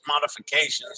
modifications